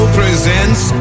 presents